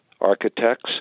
architects